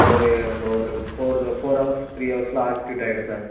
ஒரு ஒரு four four hours three ஹவர்ஸில் ஆக்டிவேட் ஆகிடும் சார்